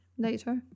Later